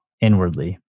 inwardly